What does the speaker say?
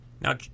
Now